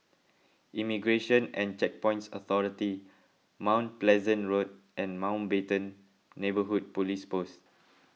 Immigration and Checkpoints Authority Mount Pleasant Road and Mountbatten Neighbourhood Police Post